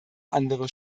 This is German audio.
andere